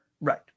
Right